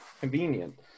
convenient